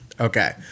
okay